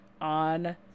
on